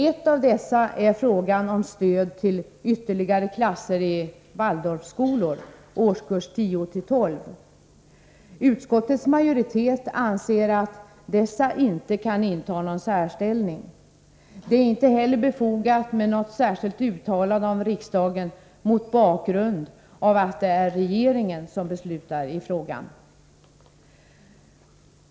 Ett av dessa är frågan om stöd till ytterligare klasser i Waldorfskolor, årskurs 10-12. Utskottets majoritet anser att dessa inte kan inta någon särställning. Det är inte heller befogat med något särskilt uttalande av riksdagen, mot bakgrund av att det är regeringen som beslutar i frågan.